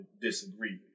disagree